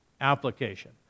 application